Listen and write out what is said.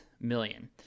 million